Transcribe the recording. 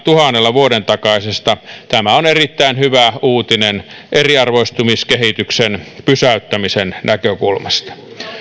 vuoden takaisesta tämä on erittäin hyvä uutinen eriarvoistumiskehityksen pysäyttämisen näkökulmasta